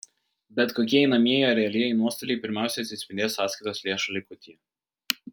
bet kokie einamieji ar realieji nuostoliai pirmiausiai atsispindės sąskaitos lėšų likutyje